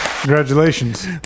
Congratulations